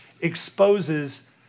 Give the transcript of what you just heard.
exposes